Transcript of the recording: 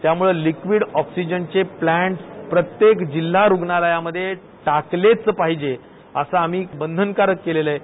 त्यामुळे लिक्वीड ऑक्सिजनचे फ्लॅंट प्रत्येक जिल्हा रुग्णालयामध्ये टाकलेच पाहीजे असं आम्ही बंधनकारक केलेलं आहे